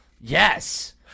yes